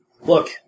look